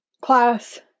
class